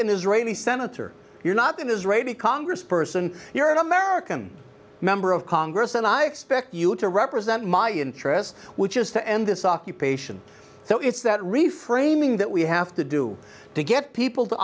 in israeli senator you're not going israeli congressperson you're an american member of congress and i expect you to represent my interests which is to end this occupation so it's that reframing that we have to do to get people to